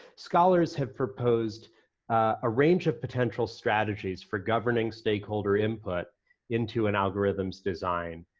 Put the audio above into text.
scholars have proposed a range of potential strategies for governing stakeholder input into an algorithm's design.